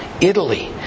Italy